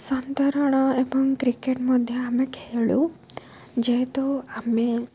ସନ୍ତରଣ ଏବଂ କ୍ରିକେଟ୍ ମଧ୍ୟ ଆମେ ଖେଳୁ ଯେହେତୁ ଆମେ